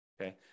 okay